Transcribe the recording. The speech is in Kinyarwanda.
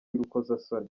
y’urukozasoni